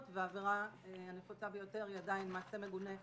והעבירה הנפוצה ביותר היא עדיין מעשה מגונה בכוח.